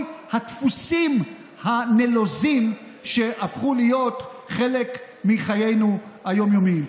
הדפוסים הנלוזים שנהפכו לחלק מחיינו היום-יומיים.